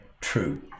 true